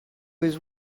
his